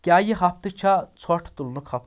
کیاہ یہِ ہفتہٕ چھا ژھوٚٹھ تُلنُک ہفتہٕ